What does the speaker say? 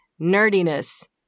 nerdiness